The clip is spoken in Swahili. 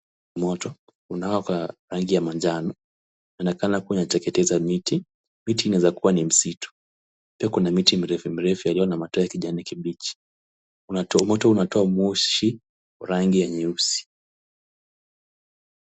Moto unawaka rangi ya manjano, inaonekana kuwa inateketeza miti miti inaeza kuwa ni msitu. Pia kuna miti mirefu mirefu yaliyo na matawi ya kijani kibichi. Kuna moto unatoa moshi rangi ya nyeusi.